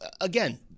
again